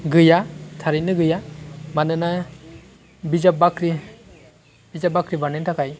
गैया थारैनो गैया मानोना बिजाब बाख्रि बिजाब बाख्रि बानायनो थाखाय